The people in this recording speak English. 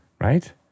Right